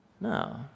no